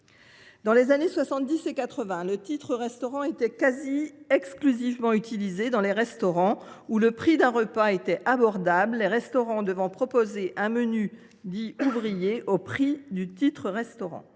Dans les années 1970 et 1980, le titre restaurant était quasi exclusivement utilisé dans les établissements où le prix d’un repas était abordable, les restaurants devant proposer un menu dit ouvrier à un tarif équivalent.